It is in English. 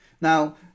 Now